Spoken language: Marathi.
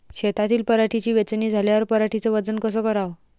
शेतातील पराटीची वेचनी झाल्यावर पराटीचं वजन कस कराव?